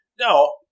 No